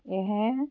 ਇਹ